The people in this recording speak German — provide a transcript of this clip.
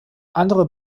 andere